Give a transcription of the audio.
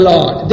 Lord